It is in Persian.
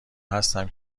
هستم